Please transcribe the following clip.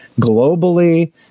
globally